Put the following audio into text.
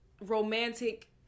romantic